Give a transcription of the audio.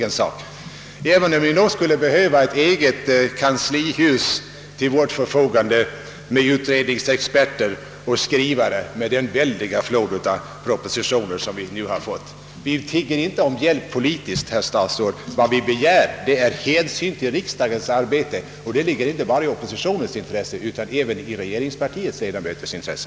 Med den väldiga flod av propositioner som vi nu har fått skulle vi onekligen behöva ett eget kanslihus med utredningsexperter och skrivare till vårt förfogande, men vi ber inte om politisk hjälp. Vad vi begär är hänsyn till riksdagens arbete, och det borde ligga inte bara i oppositionens intresse utan även 1 regeringspartiets intresse.